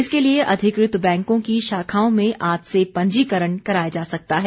इसके लिए अधिकृत बैंको की शाखाओं में आज से पंजीकरण कराया जा सकता है